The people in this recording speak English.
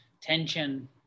tension